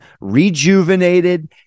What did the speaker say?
rejuvenated